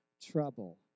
trouble